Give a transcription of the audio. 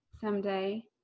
someday